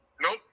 Nope